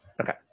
Okay